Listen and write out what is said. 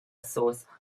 source